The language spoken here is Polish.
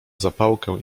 zapałkę